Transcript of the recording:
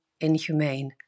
inhumane